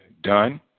done